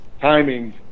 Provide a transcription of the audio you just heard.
timing